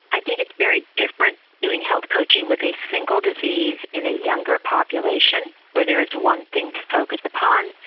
i think it's very different doing health coaching with a single disease in a younger population where there is one thing to focus upon.